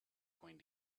going